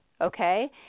okay